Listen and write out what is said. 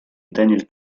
daniel